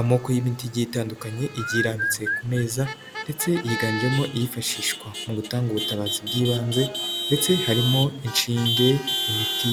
Amoko y'imiti igiye itandukanye igirambitse ku meza, ndetse yiganjemo iyifashishwa mu gutanga ubutabazi bw'ibanze, ndetse harimo inshinge imiti